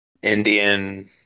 Indian